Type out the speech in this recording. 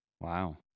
Wow